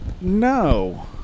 No